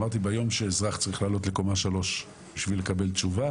אז אמרתי לפקידים שלי שביום שאזרח צריך לעלות לקומה 3 בשביל לקבל תשובה